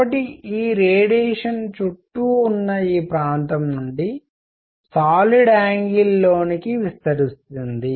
కాబట్టి ఈ రేడియేషన్ చుట్టూ ఉన్న ఈ ప్రాంతం నుండి సాలిడ్ యాంగిల్ లోనికి విస్తరిస్తుంది